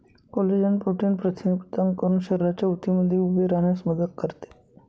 collagen protein प्रथिने प्रदान करून शरीराच्या ऊतींना उभे राहण्यास मदत करते